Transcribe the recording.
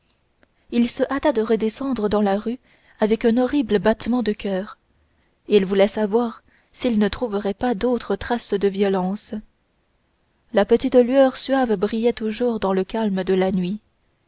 il se hâta de redescendre dans la rue avec un horrible battement de coeur il voulait voir s'il ne trouverait pas d'autres traces de violence la petite lueur suave brillait toujours dans le calme de la nuit